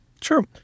Sure